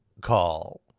call